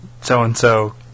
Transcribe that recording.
so-and-so